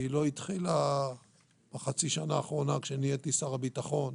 היא לא התחילה בחצי השנה האחרונה כשנהייתי שר הביטחון,